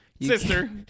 Sister